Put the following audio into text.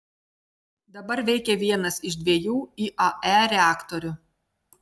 dabar veikia vienas iš dviejų iae reaktorių